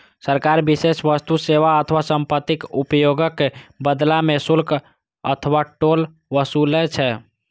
सरकार विशेष वस्तु, सेवा अथवा संपत्तिक उपयोगक बदला मे शुल्क अथवा टोल ओसूलै छै